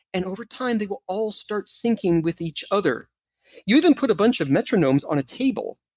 and over time, they will all start syncing with each other you even put a bunch of metronomes on a table,